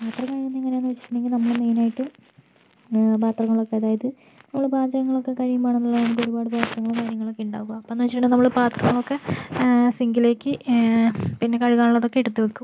പാത്രം കഴുകുന്നത് എങ്ങനെയാണെന്ന് വച്ചിട്ടുണ്ടെങ്കിൽ നമ്മള് മെയിനായിട്ട് പാത്രങ്ങളൊക്കെ അതായത് നമ്മള് പാചകങ്ങളൊക്കെ കഴിയുമ്പോഴാണല്ലോ നമുക്ക് ഒരുപാട് പാത്രങ്ങളും കാര്യങ്ങളൊക്കെ ഉണ്ടാവുക അപ്പോഴെന്ന് വച്ചിട്ടുണ്ടെങ്കിൽ നമ്മള് പാത്രങ്ങളൊക്കെ സിങ്കിലേക്ക് പിന്നെ കഴുകാനുള്ളതൊക്കെ എടുത്തു വയ്ക്കും